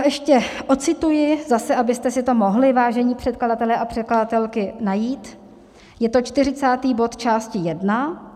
Ještě ocituji, zase abyste si to mohli, vážení předkladatelé a předkladatelky, najít, je to 40. bod části 1.